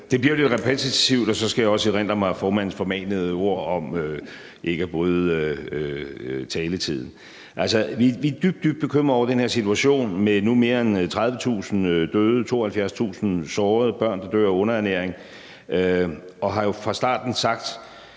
Det bliver jo lidt repetitivt, og så skal jeg også erindre mig formandens formanende ord om ikke at bryde reglerne for taletiden. Altså, vi er dybt, dybt bekymrede over den her situation med nu mere end 30.000 døde, 72.000 sårede og børn, der dør af underernæring, og vi har jo fra starten sagt,